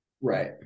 Right